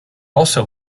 also